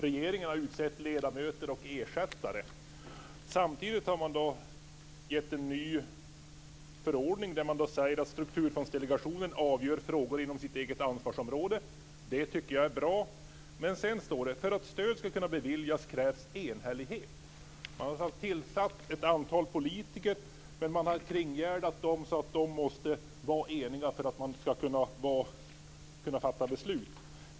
Regeringen har utsett ledamöter och ersättare. Samtidigt har man skapat en ny förordning där man säger att Strukturfondsdelegationen avgör frågor inom sitt eget ansvarsområde. Det tycker jag är bra. Men sedan står det: För att stöd ska kunna beviljas krävs enhällighet. Man har alltså tillsatt ett antal politiker, men man har kringgärdat dem så att de måste vara eniga för att de ska kunna fatta beslut.